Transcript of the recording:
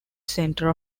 center